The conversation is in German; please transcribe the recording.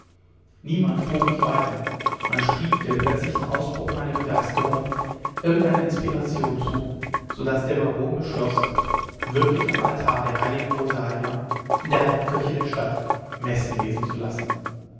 niemand frug mich weiter man schrieb den plötzlichen ausbruch meiner begeisterung irgendeiner inspiration zu so daß der baron beschloß wirklich am altar der heiligen rosalia in der hauptkirche der stadt messen lesen zu lassen